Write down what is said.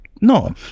No